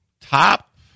Top